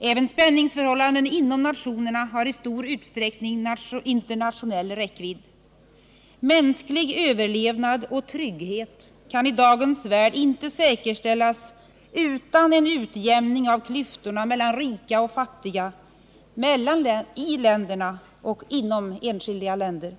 Även spänningsförhållanden inom nationerna har i stor utsträckning internationell räckvidd. Mänsklig överlevnad och trygghet kan i dagens värld inte säkerställas utan en utjämning av klyftorna mellan rika och fattiga — mellan länderna och inom enskilda länder.